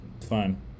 fine